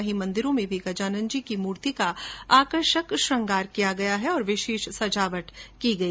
वहीं मंदिरों में भी गजानंदजी की मूर्ति को आकर्षक श्रंगार किया गया और विशेष सजावट की गई